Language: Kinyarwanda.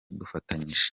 dufatanyije